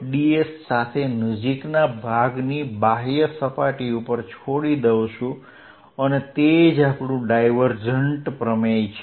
ds સાથે નજીકના ભાગની બાહ્ય સપાટી ઉપર છોડી દઉં છું અને તે જ ડાયવર્જન્ટ પ્રમેય છે